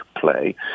play